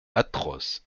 atroce